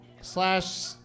slash